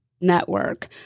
network